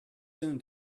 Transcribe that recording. soon